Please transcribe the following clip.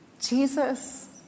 Jesus